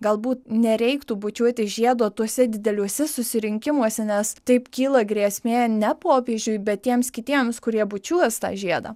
galbūt nereiktų bučiuoti žiedo tuose dideliuose susirinkimuose nes taip kyla grėsmė ne popiežiui bet tiems kitiems kurie bučiuos tą žiedą